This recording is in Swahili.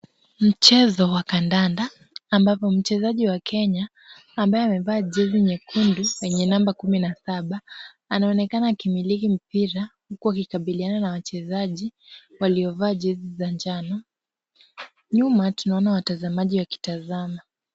Mchezo wa kandanda ambapo mchezaji wa Kenya ambaye amevaa jezi nyekundu yenye namba kumi na saba anaonekana akimiliki mpira huku akikabiliana na wachezaji waliovaa jezi za njano. Nyuma tunaona watazamaji wakitazama.